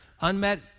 unmet